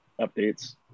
updates